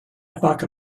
epoch